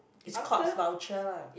it's Courts voucher lah